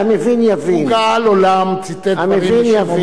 הוא גאל עולם, ציטט